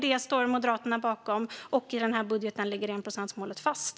Det står Moderaterna bakom, och i den här budgeten ligger enprocentsmålet fast.